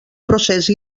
procés